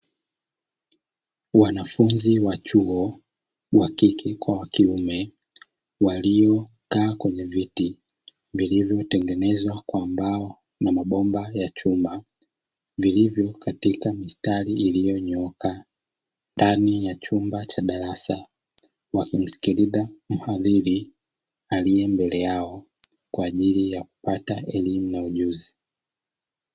Wanafunzi wa chuo wakike kwa wakiume waliokaa kwenye viti vilivyotengenezwa kwa mbao na mabomba ya chuma, vilivyo katika mistari iliyonyooka ndani ya chumba cha darasa , wakimsikiliza mhadhiri aliye mbele yao kwa ajili ya kupata elimu na ujuzi.